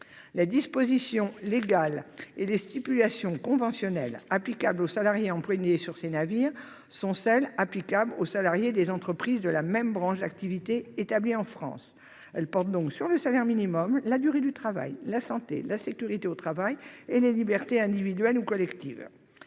Les dispositions légales et les stipulations conventionnelles applicables aux salariés employés sur ces navires sont celles qui sont applicables aux salariés des entreprises de la même branche d'activité établies en France. Elles portent sur le salaire minimum, la durée du travail, la santé et la sécurité au travail ou encore sur les libertés individuelles et collectives